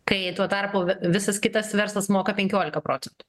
kai tuo tarpu visas kitas verslas moka penkiolika procentų